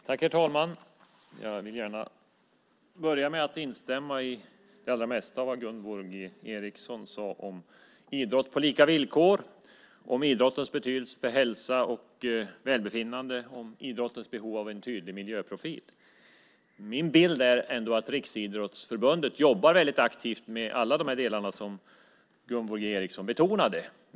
Herr talman! Jag vill gärna börja med att instämma i det allra mesta av vad Gunvor G Ericson sade om idrott på lika villkor, om idrottens betydelse för hälsa och välbefinnande, om idrottens behov av en tydlig miljöprofil. Min bild är ändå att Riksidrottsförbundet jobbar väldigt aktivt med alla de delar som Gunvor G Ericson betonade.